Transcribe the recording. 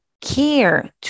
care